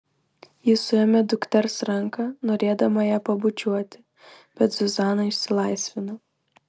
ji suėmė dukters ranką norėdama ją pabučiuoti bet zuzana išsilaisvino